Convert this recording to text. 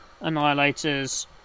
Annihilators